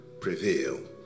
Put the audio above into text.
prevail